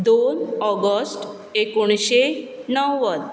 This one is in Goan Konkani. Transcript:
दोन ऑगोस्ट एकोणशे णव्वद